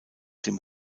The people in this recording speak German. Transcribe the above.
dem